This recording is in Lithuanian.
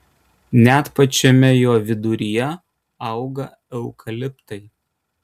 net pačiame jo viduryje auga eukaliptai